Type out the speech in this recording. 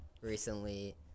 recently